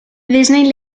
disney